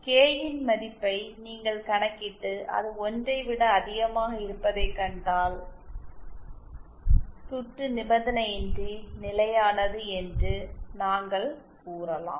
K ன் மதிப்பை நீங்கள் கணக்கிட்டு அது 1 ஐ விட அதிகமாக இருப்பதைக் கண்டால் சுற்று நிபந்தனையின்றி நிலையானது என்று நாம் கூறலாம்